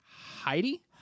Heidi